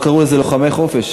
לא קראו לזה לוחמי חופש.